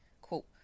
Quote